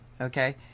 okay